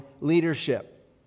leadership